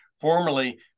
formerly